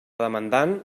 demandant